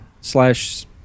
slash